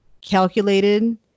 calculated